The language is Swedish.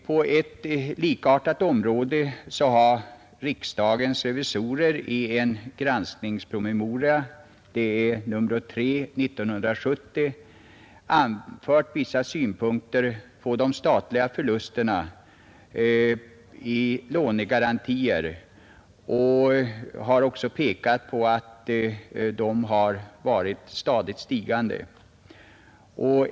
På ett likartat område har riksdagens revisorer i en granskningspromemoria — nr 3 år 1970 — anfört vissa synpunkter på de statliga förlusterna i lånegarantier och också pekat på att de har varit stadigt stigande.